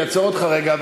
אני אעצור אותך רגע,